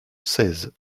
seize